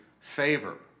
favor